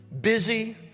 busy